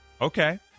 Okay